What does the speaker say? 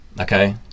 Okay